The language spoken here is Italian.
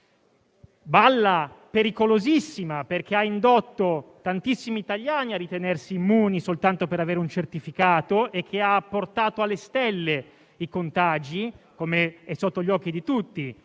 Balla pericolosissima, perché ha indotto tantissimi italiani a ritenersi immuni soltanto per avere un certificato e che ha portato alle stelle i contagi, com'è sotto gli occhi di tutti.